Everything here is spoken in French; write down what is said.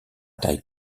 taille